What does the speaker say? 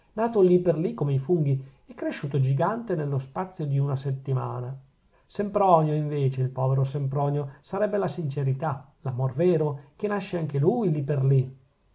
nato lì per lì come i funghi e cresciuto gigante nello spazio di una settimana sempronio invece il povero sempronio sarebbe la sincerità l'amor vero che nasce anche lui lì per lì